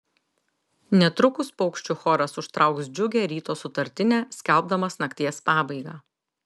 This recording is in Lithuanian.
netrukus paukščių choras užtrauks džiugią ryto sutartinę skelbdamas nakties pabaigą